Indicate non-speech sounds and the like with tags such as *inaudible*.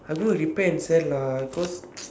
I go repair and sell lah because *noise*